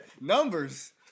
Numbers